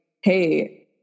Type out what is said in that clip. hey